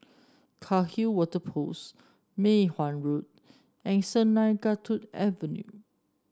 Cairnhill Water Post Mei Hwan Road and Sungei Kadut Avenue